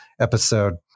episode